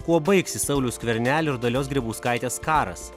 kuo baigsis sauliaus skvernelio ir dalios grybauskaitės karas